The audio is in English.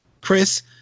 Chris